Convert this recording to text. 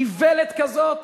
איוולת כזו.